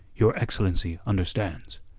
your excellency understands.